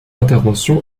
interventions